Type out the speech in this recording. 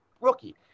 rookie